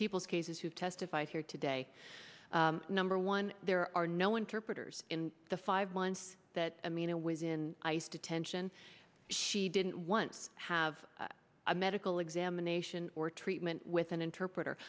people's cases who testified here today number one there are no interpreters in the five months that ameena was in ice detention she didn't once have a medical examination or treatment with an interpreter